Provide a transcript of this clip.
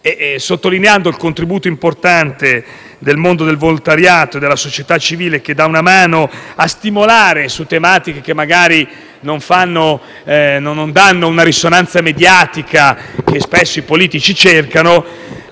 Sottolineo il contributo importante del mondo del volontariato e della società civile a dare uno stimolo su tematiche che non hanno la risonanza mediatica che spesso i politici cercano: